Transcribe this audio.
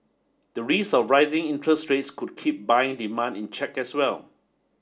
the risk of rising interest rates could keep buying demand in check as well